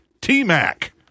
T-Mac